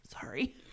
Sorry